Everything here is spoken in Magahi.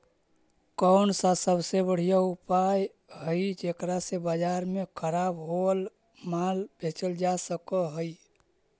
कौन सा सबसे बढ़िया उपाय हई जेकरा से बाजार में खराब होअल माल बेचल जा सक हई?